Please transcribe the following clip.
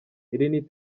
iri